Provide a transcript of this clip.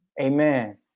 Amen